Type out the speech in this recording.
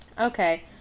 Okay